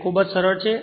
તે ખૂબ જ સરળ છે